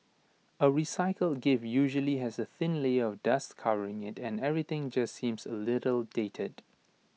A recycled gift usually has A thin layer of dust covering IT and everything just seems A little dated